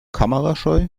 kamerascheu